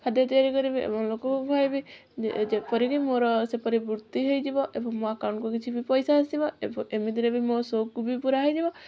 ଖାଦ୍ୟ ତିଆରି କରିବି ଏବଂ ଲୋକଙ୍କୁ ଖୁଆଇବି ଯେପରିକି ମୋର ସେପରି ବୃତ୍ତି ହେଇଯିବ ଏବଂ ମୋ ଆକାଉଣ୍ଟ କୁ କିଛି ବି ପଇସା ଆସିବ ଏବଂ ଏମିତି ରେ ବି ମୋ ସଉକ କୁ ବି ପୁରା ହେଇଯିବ